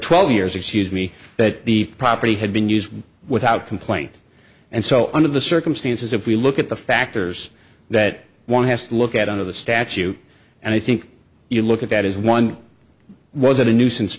twelve years excuse me that the property had been used without complaint and so under the circumstances if we look at the factors that one has to look at out of the statute and i think you look at that as one was it a nuisance